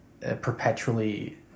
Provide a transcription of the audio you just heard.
perpetually